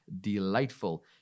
delightful